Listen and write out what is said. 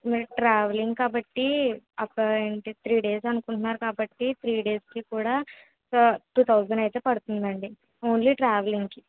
మేము ట్రావెలింగ్ కాబట్టి appoint three days అనుకుంటున్నారు కాబట్టి త్రీ డేస్కి కూడా ఒక టూ థౌసెండ్ అయితే పడుతుంది అండి ఓన్లీ ట్రావెలింగ్కి